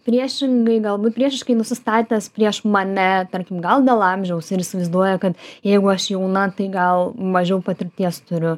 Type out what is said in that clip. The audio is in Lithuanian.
priešingai galbūt priešiškai nusistatęs prieš mane tarkim gal dėl amžiaus ir įsivaizduoja kad jeigu aš jauna tai gal mažiau patirties turiu